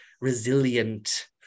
resilient